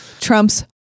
trumps